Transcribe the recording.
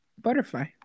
Butterfly